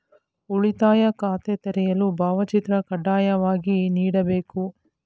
ಉಳಿತಾಯ ಖಾತೆ ತೆರೆಯಲು ಭಾವಚಿತ್ರ ಕಡ್ಡಾಯವಾಗಿ ನೀಡಬೇಕೇ?